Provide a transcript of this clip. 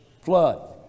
flood